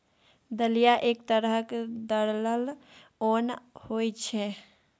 दलिया एक तरहक दरलल ओन होइ छै